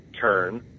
turn